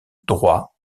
droit